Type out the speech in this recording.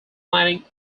planning